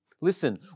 Listen